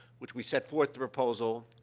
which we set forth the proposal,